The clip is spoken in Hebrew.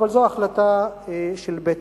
אבל זו החלטה של בית-משפט.